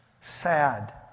sad